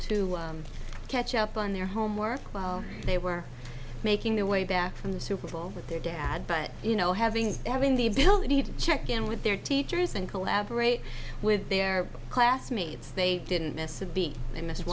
to catch up on their homework while they were making their way back from the super bowl with their dad but you know having having the ability to check in with their teachers and collaborate with their classmates they didn't miss a beat they missed